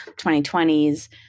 2020s